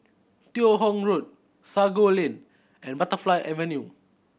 Teo Hong Road Sago Lane and Butterfly Avenue